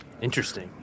Interesting